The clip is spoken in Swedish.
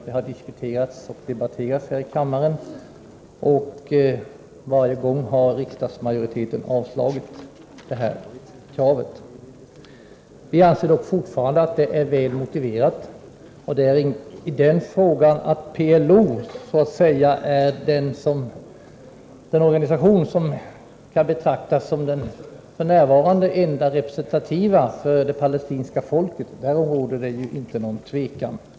Det har debatterats här i kammaren, och varje gång har riksdagsmajoriteten avslagit vårt krav. Vi anser dock fortfarande att detta krav är väl motiverat. Det råder inte något tvivel om att PLO är den organisation som kan betraktas som den f.n. enda representativa för det palestinska folket. Det har erkänts också av många andra.